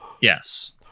Yes